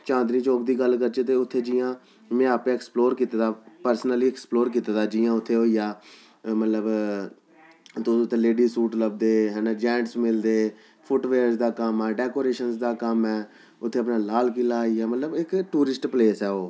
चांदनी चौक दी गल्ल करचै ते उत्थें जि'यां में आपें एक्सप्लोर कीते दा पर्सनली एक्सप्लोर कीते दा जि'यां उत्थें होइया मतलब तुसें उत्थें लेडीज़ सूट लभदे ऐना जेंट्स मिलदे फुटवियर दा कम्म ऐ डेकोरेशन दा कम्म ऐ उत्थें अपना लाल किला आइया मतलब इक टूरिस्ट प्लेस ऐ ओह्